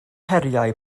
heriau